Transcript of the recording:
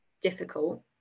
difficult